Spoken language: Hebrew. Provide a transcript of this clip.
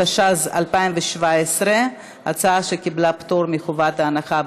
התשע"ז 2017 עברה בקריאה טרומית,